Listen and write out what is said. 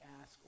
ask